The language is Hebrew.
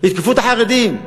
יתקפו את החרדים.